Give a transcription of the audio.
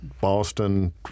Boston